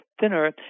thinner